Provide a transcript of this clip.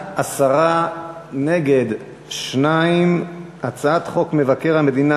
ההצעה להעביר את הצעת חוק מבקר המדינה